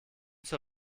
zur